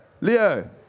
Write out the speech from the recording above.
Leo